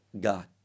God